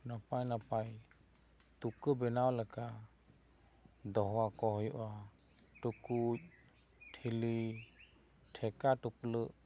ᱱᱟᱯᱟᱭ ᱱᱟᱯᱟᱭ ᱛᱩᱠᱟᱹ ᱵᱮᱱᱟᱣ ᱞᱮᱠᱟ ᱫᱚᱦᱚ ᱠᱚ ᱦᱩᱭᱩᱜ ᱟ ᱴᱩᱠᱩᱡ ᱴᱷᱤᱞᱤ ᱴᱷᱮᱠᱟ ᱴᱩᱯᱞᱟᱹᱜ